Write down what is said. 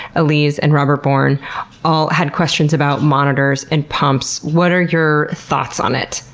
elize, and robert bourne all had questions about monitors and pumps. what are your thoughts on it?